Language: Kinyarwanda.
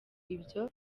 byo